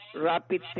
rapid